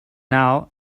now